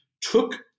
took